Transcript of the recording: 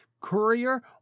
courier